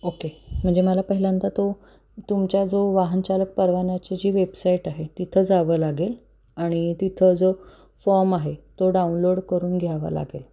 okay म्हणजे मला पहिल्यांदा तो तुमच्या जो वाहन चालक परवान्याची जी वेबसाईट आहे तिथं जावं लागेल आणि तिथं जो फॉम आहे तो डाउनलोड करून घ्यावा लागेल